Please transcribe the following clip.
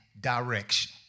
direction